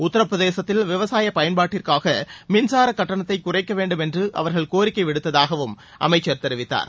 உத்தரப் பிரதேசத்தில் விவசாய பயன்பாட்டிற்கான மின்சார கட்டணத்தை குறைக்க வேண்டும் என்று அவர்கள் கோரிக்கை விடுத்ததாகவும் அமைச்சர் தெரிவித்தார்